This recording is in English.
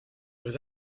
was